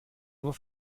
nur